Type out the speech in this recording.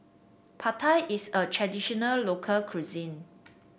Pad Thai is a traditional local cuisine